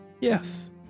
Yes